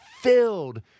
filled